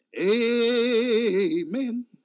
Amen